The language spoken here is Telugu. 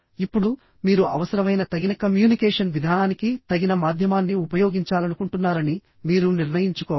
ఇప్పుడు మీరు అవసరమైన తగిన కమ్యూనికేషన్ విధానానికి తగిన మాధ్యమాన్ని ఉపయోగించాలనుకుంటున్నారని మీరు నిర్ణయించుకోవాలి